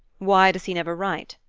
why does he never write?